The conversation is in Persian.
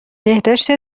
بهداشت